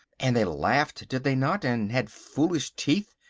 and they laughed, did they not, and had foolish teeth,